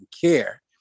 care